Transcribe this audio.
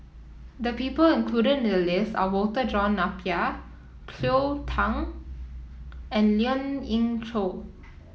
the people included in the list are Walter John Napier Cleo Thang and Lien Ying Chow